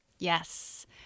Yes